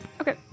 Okay